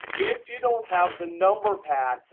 if you don't have the number pad,